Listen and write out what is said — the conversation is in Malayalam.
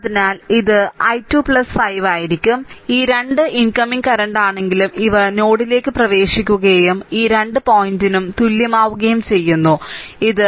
അതിനാൽ ഇത് i 2 5 ആയിരിക്കും ഈ 2 ഇൻകമിംഗ് കറന്റാണെങ്കിലും ഇവ നോഡിലേക്ക് പ്രവേശിക്കുകയും ഈ 2 പോയിന്റിനു തുല്യമാവുകയും ചെയ്യുന്നു ഇത് 2